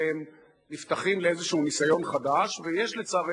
אחר, ולכן